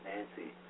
Nancy